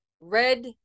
red